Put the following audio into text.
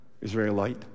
Israelite